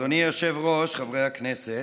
לא רוצים להגיע למצב הזה, אבל רוצים לתקן את המצב.